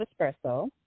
espresso